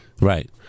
Right